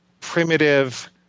primitive